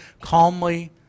Calmly